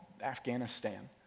Afghanistan